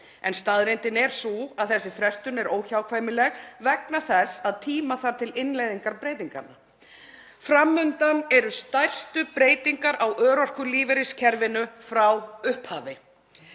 en staðreyndin er sú að þessi frestun er óhjákvæmileg vegna þess að tíma þarf til innleiðingar breytinganna. Fram undan eru stærstu breytingar á örorkulífeyriskerfinu frá upphafi.